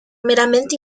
meramente